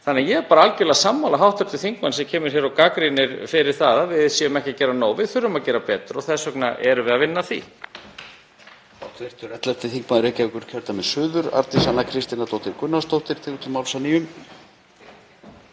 uppruna. Ég er bara algerlega sammála hv. þingmanni sem kemur hér og gagnrýnir það að við séum ekki að gera nóg. Við þurfum að gera betur og þess vegna erum við að vinna að því.